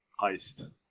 heist